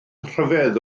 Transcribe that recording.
rhyfedd